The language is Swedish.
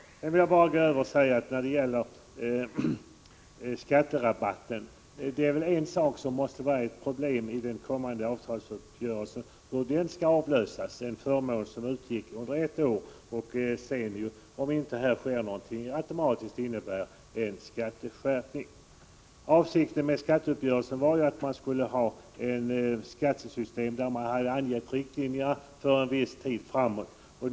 Sedan vill jag när det gäller skatterabatten, en förmån som utgick ett år, säga att frågan om hur den skall behandlas kommer att bli ett problem att lösa i den kommande avtalsuppgörelsen. Om inte någonting sker innebär det automatiskt en skatteskärpning. Avsikten med skatteuppgörelsen var att man skulle ha ett skattesystem där man anger riktlinjerna för en viss tid framåt.